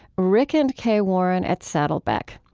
rick and kay warren at saddleback.